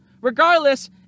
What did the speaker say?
regardless